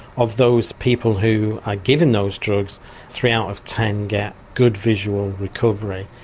of those people who are given those drugs three out of ten get good visual recovery.